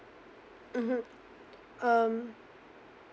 mmhmm um